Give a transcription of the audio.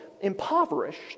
impoverished